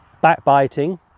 backbiting